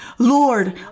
Lord